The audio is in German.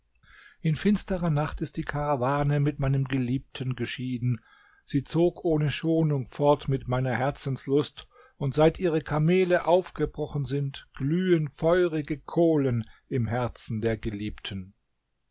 in finsterer nacht ist die karawane mit meinem geliebten geschieden sie zog ohne schonung fort mit meiner herzenslust und seit ihre kamele aufgebrochen sind glühen feurige kohlen im herzen der geliebten